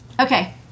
Okay